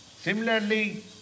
Similarly